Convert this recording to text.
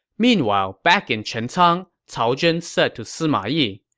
meanwhile, back in chencang, cao zhen said to sima yi,